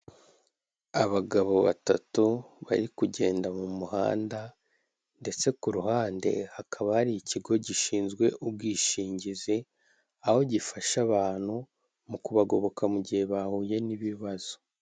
Abagabo batatu bari kugenda mu muhanda, ndetse ku ruhande hakaba hari ikigo gishinzwe ubwishingizi, aho gifasha abantu mu kubagoboka mu gihe bahuye n'ibibazo.